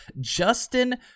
Justin